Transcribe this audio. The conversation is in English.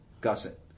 gusset